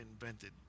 invented